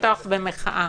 לפתוח במחאה.